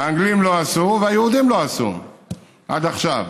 האנגלים לא עשו והיהודים לא עשו עד עכשיו,